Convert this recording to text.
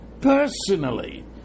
personally